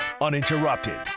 uninterrupted